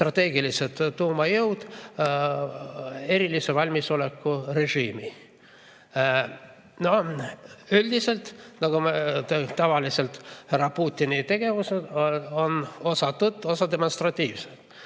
strateegilised tuumajõud erilise valmisoleku režiimi. Üldiselt, nagu tavaliselt, on härra Putini tegevuses osa tõtt, osa demonstratiivset.